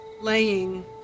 laying